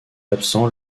absent